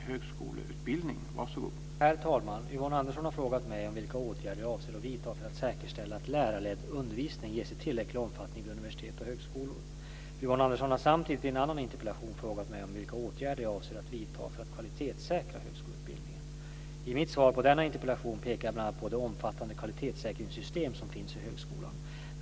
Herr talman! Yvonne Andersson har frågat mig om vilka åtgärder jag avser att vidta för att säkerställa att lärarledd undervisning ges i tillräcklig omfattning vid universitet och högskolor. Yvonne Andersson har samtidigt i en annan interpellation frågat mig om vilka åtgärder jag avser att vidta för att kvalitetssäkra högskoleutbildningen. I mitt svar på denna interpellation pekar jag bl.a. på det omfattande kvalitetssäkringssystem som finns i högskolan.